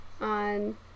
on